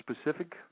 specific